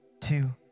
two